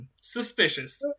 suspicious